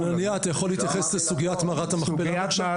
חנניה, אתה יכול להתייחס לסוגיית מערת המכפלה?